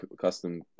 custom